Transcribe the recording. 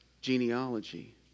genealogy